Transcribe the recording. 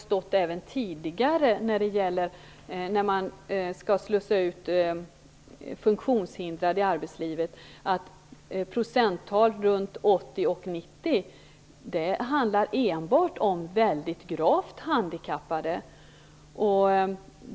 När det gäller att slussa ut funktionshindrade i arbetslivet har det tidigare stått att procenttal runt 80 % och 90 % enbart gäller för väldigt gravt handikappade.